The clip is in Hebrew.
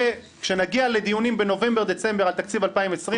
וכשנגיע לדיונים בנובמבר דצמבר על תקציב 2020,